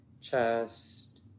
chest